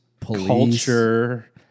culture